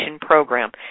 program